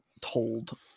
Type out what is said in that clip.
told